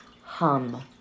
Hum